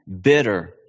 bitter